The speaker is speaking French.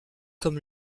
comme